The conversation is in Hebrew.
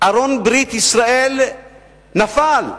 ארון ברית ישראל נפל.